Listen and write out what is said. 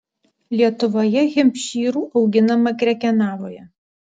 lietuvoje hempšyrų auginama krekenavoje